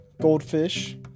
goldfish